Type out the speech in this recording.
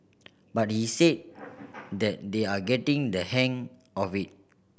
but he said that they are getting the hang of it